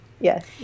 Yes